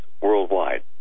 worldwide